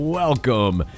welcome